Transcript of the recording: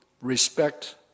respect